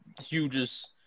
hugest